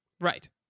Right